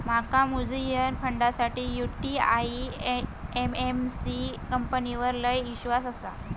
माका म्यूचुअल फंडासाठी UTI AMC कंपनीवर लय ईश्वास आसा